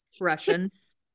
russians